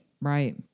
Right